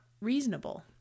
reasonable